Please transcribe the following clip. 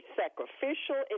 sacrificial